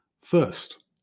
First